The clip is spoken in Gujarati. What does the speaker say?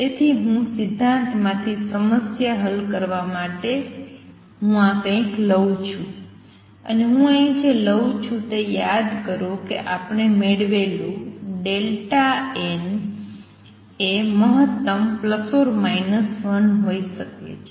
તેથી હું સિદ્ધાંતમાંથી સમસ્યા હલ કરવા માટે હું કઈક લઉં છું અને હું અહીં જે લઉં છું તે યાદ કરો છે કે આપણે મેળવેલું n એ મહત્તમ ±1 હોઈ શકે છે